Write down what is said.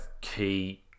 key